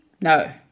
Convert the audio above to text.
No